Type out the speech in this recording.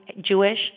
Jewish